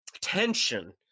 tension